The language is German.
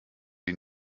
die